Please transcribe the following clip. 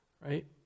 Right